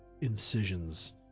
incisions